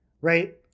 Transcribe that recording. right